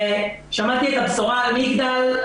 שמעתי את הבשורה על המגדל,